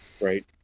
right